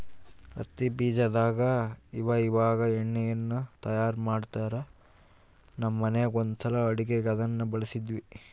ಹತ್ತಿ ಬೀಜದಾಗ ಇವಇವಾಗ ಎಣ್ಣೆಯನ್ನು ತಯಾರ ಮಾಡ್ತರಾ, ನಮ್ಮ ಮನೆಗ ಒಂದ್ಸಲ ಅಡುಗೆಗೆ ಅದನ್ನ ಬಳಸಿದ್ವಿ